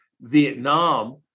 Vietnam